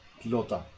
pilota